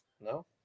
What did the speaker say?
No